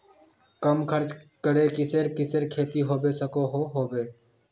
कम खर्च करे किसेर किसेर खेती होबे सकोहो होबे?